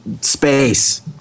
space